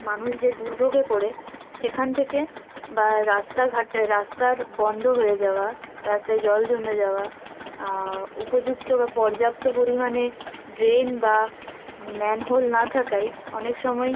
মানুষ যে দুর্ভোগে পড়ে সেখান থেকে বা রাস্তাঘাট রাস্তার বন্ধ হয়ে যাওয়া রাস্তায় জল জমে যাওয়া উপযুক্ত বা পর্যাপ্ত পরিমাণে ড্রেন বা ম্যানহোল না থাকায় অনেক সময়